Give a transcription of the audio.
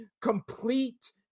complete